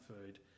food